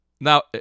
now